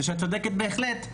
זה שאת צודקת בהחלט,